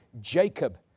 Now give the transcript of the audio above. Jacob